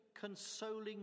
consoling